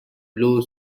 blue